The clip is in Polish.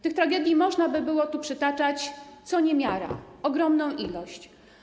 Tych tragedii można by było tu przytaczać co niemiara, ogromną ilość.